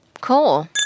Cool